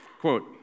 Quote